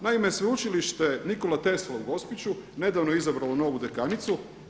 Naime, Sveučilište Nikola Tesla u Gospiću nedavno je izabralo novu dekanicu.